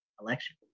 election